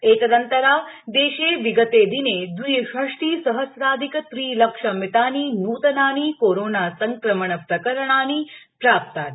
एतदन्तरा देशे विगते दिने द्विषष्ठिसहस्राधिक त्रिलक्षमितानि नूतनानि कोरोनासंक्रमण प्रकरणानि प्राप्तानि